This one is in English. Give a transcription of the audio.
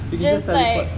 just like